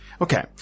Okay